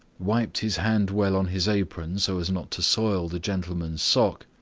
wiped his hand well on his apron so as not to soil the gentleman's sock,